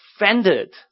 offended